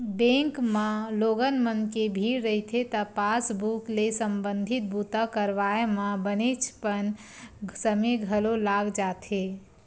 bank म लोगन मन के भीड़ रहिथे त पासबूक ले संबंधित बूता करवाए म बनेचपन समे घलो लाग जाथे